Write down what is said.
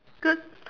good